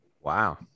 Wow